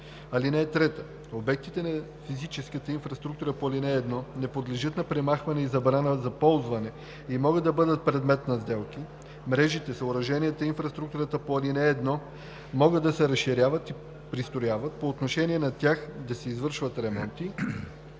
кодекс. (3) Обектите на физическата инфраструктура по ал. 1 не подлежат на премахване и забрана за ползване и могат да бъдат предмет на сделки. Мрежите, съоръженията и инфраструктурата по ал. 1 могат да се разширяват и пристрояват, по отношение на тях да се извършват ремонти,